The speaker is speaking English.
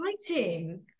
exciting